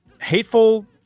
hateful